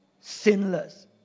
sinless